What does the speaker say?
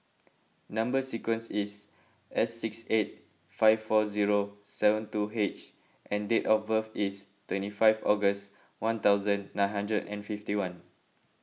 Number Sequence is S six eight five four zero seven two H and date of birth is twenty five August one thousand nine hundred and fifty one